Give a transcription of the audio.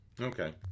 Okay